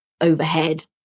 overhead